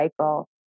cycle